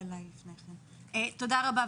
תודה רבה.